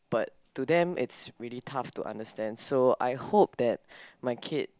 but to them is really tough to understand so I hope that my kid